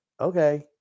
okay